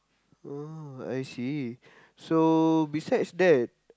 oh I see so besides that